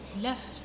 left